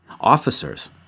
Officers